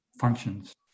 Functions